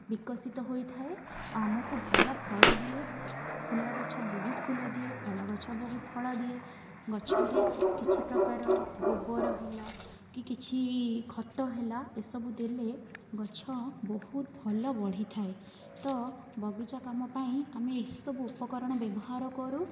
ବିକଶିତ ହୋଇଥାଏ ଆମକୁ ଭଲ ଫଳ ଦିଏ ଫୁଲ ଗଛ ବହୁତ ଫୁଲ ଦିଏ ଫଳ ଗଛ ବହୁତ ଫଳ ଦିଏ ଗଛରେ କିଛି ପ୍ରକାର ଗୋବର ହେଲା କି କିଛି ଖତ ହେଲା ଏସବୁ ଦେଲେ ଗଛ ବହୁତ ଭଲ ବଢ଼ିଥାଏ ତ ବଗିଚା କାମ ପାଇଁ ଆମେ ଏହିସବୁ ଉପକରଣ ବ୍ୟବହାର କରୁ